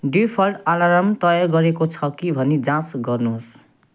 default alarm तय गरेको छ कि भनी जाँच गर्नुहोस्